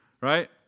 right